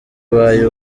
ubaye